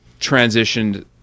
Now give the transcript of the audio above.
transitioned –